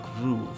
groove